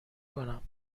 کنم